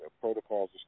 protocols